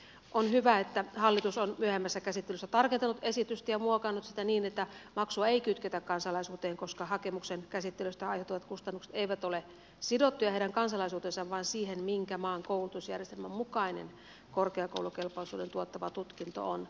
on hyvä että hallitus on myöhemmässä käsittelyssä tarkentanut esitystä ja muokannut sitä niin että maksua ei kytketä kansalaisuuteen koska hakemuksen käsittelystä aiheutuvat kustannukset eivät ole sidottuja heidän kansalaisuuteensa vaan siihen minkä maan koulutusjärjestelmän mukainen korkeakoulukelpoisuuden tuottava tutkinto on